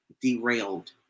derailed